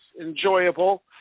enjoyable